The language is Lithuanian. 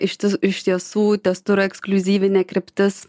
iš ties iš tiesų testur ekskliuzyvinė kryptis